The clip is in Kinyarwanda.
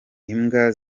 imbwa